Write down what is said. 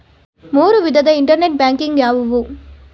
ಮೂರು ವಿಧದ internet banking ಯಾವುವು?